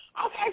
Okay